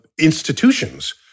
institutions